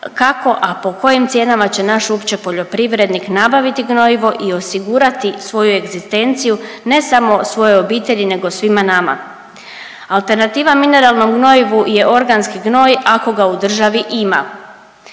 kako a po kojim cijenama će naš uopće poljoprivrednik nabaviti gnojivo i osigurati svoju egzistenciju ne samo svojoj obitelji nego svima nama. Alternativa mineralnom gnojivu je organski gnoj ako ga u državi ima.